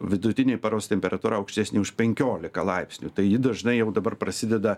vidutinė paros temperatūra aukštesnė už penkiolika laipsnių tai ji dažnai jau dabar prasideda